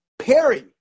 Perry